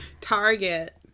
Target